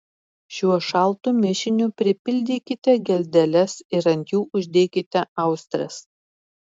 šiuo šaltu mišiniu pripildykite geldeles ir ant jų uždėkite austres